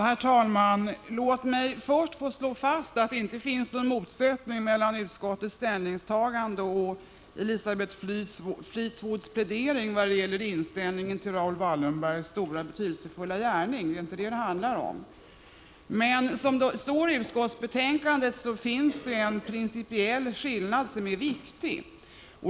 Herr talman! Låt mig först slå fast att det inte finns någon motsättning mellan utskottets ställningstagande och Elisabeth Fleetwoods inställning vad gäller Raoul Wallenbergs stora och betydelsefulla gärning — det är inte det som det handlar om. Som det står i utskottsbetänkandet finns det dock en principiell skillnad, som är viktig.